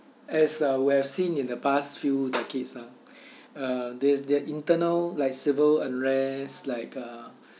as uh we have seen in the past few decades lah uh there's there are internal like civil unrest like uh